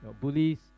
Bullies